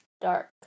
dark